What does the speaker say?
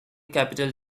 capital